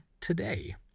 today